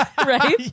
Right